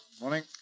Morning